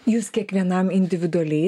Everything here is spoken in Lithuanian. jūs kiekvienam individualiai